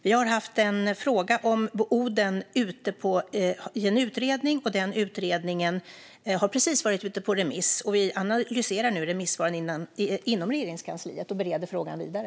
Vi har haft en fråga om Oden i en utredning, och den utredningen har precis varit ute på remiss. Vi analyserar nu remissvaren inom Regeringskansliet och bereder frågan vidare.